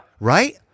Right